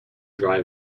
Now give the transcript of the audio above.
dry